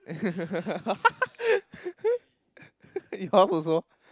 yours also